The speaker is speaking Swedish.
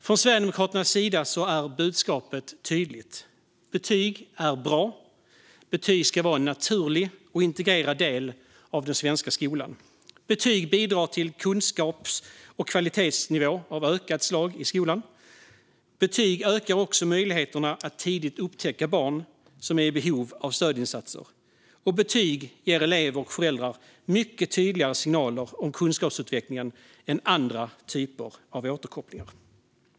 Från Sverigedemokraternas sida är budskapet tydligt: Betyg är bra och ska vara en naturlig och integrerad del av den svenska skolan. Betyg bidrar till ökad kunskaps och kvalitetsnivå i skolan. Betyg ökar också möjligheterna att tidigt upptäcka barn som är i behov av stödinsatser. Och betyg ger elever och föräldrar mycket tydligare signaler om kunskapsutvecklingen än andra typer av återkopplingar.